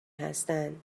هستن